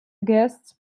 guests